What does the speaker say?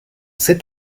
cet